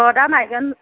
र' दा नायगोन